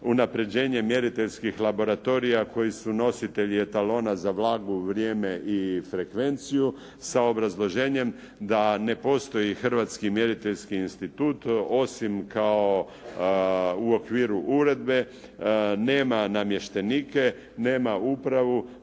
unapređenje mjeriteljskih laboratorija koji su nositelji etalona za vlagu, vrijeme i frekvenciju sa obrazloženjem da ne postoji Hrvatski mjeriteljski institut osim kao u okviru uredbe, nema namještenike, nema upravu,